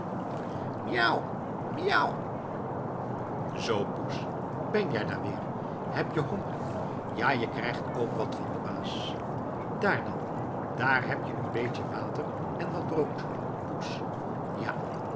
miauw miauw zoo poes ben jij daar weer heb je honger ja je krijgt ook wat van den baas daar dan daar heb je een beetje water en wat brood poes ja